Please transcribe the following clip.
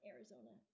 Arizona